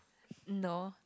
no